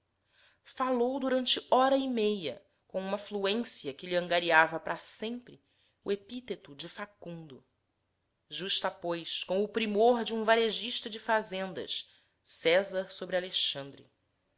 falou durante hora e meia com uma fluência que lhe angariava para sempre o epíteto de facundo justapôs com o primor de um varejista de fazendas césar sobre alexandre